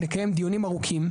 נקיים דיונים ארוכים.